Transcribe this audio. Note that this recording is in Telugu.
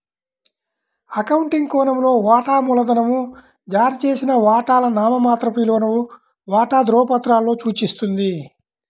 అకౌంటింగ్ కోణంలో, వాటా మూలధనం జారీ చేసిన వాటాల నామమాత్రపు విలువను వాటా ధృవపత్రాలలో సూచిస్తుంది